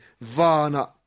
Vana